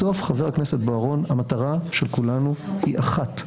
בסוף, חבר הכנסת בוארון, המטרה של כולנו היא אחת,